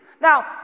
Now